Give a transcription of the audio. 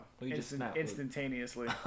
Instantaneously